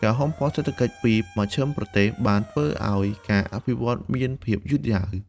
ការហ៊ុមព័ទ្ធសេដ្ឋកិច្ចពីបស្ចិមប្រទេសបានធ្វើឱ្យការអភិវឌ្ឍមានភាពយឺតយ៉ាវ។